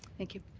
thank you.